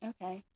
Okay